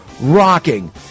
Rocking